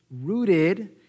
rooted